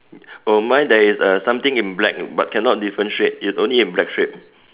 oh my there is uh something in black but cannot differentiate it's only in black shape